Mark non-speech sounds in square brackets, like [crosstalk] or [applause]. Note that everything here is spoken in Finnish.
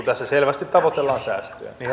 [unintelligible] tässä selvästi tavoitellaan säästöjä niin [unintelligible]